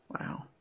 Wow